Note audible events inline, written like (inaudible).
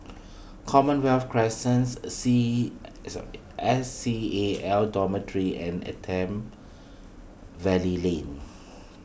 Commonwealth Crescents C E (hesitation) S C A L Dormitory and Attap Valley Lane